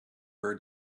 heard